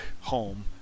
home